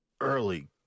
early